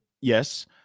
Yes